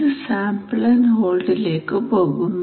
ഇത് sample and ഹോൾഡിലേക്ക് പോകുന്നു